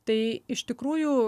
tai iš tikrųjų